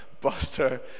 Buster